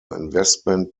investment